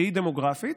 שהיא דמוגרפית,